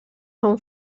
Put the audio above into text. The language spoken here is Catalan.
són